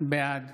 בעד